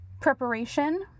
preparation